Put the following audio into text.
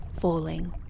falling